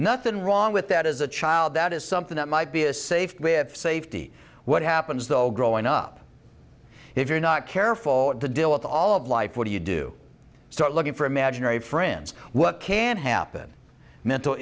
nothing wrong with that as a child that is something that might be a safe way of safety what happens though growing up if you're not careful to deal with all of life what do you do start looking for imaginary friends what can happen mental